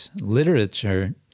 literature